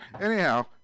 Anyhow